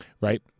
Right